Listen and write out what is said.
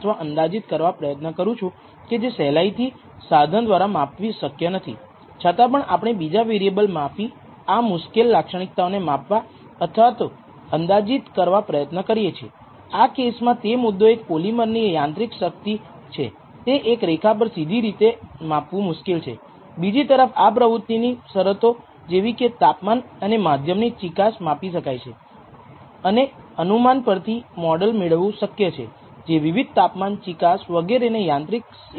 તેથી રેખીય મોડેલના કયા ગુણાંક નોંધપાત્ર છે તે શોધવા માટે આ વિશેષ પરીક્ષણ એ યુનિવેરીયેટ કેસમાં જ ઉપયોગી નથી પરંતુ બહુ રેખીય રીગ્રેસનમાં વધુ ઉપયોગી છે જ્યાં આપણે મહત્વપૂર્ણ ચલોને ઓળખતા નથી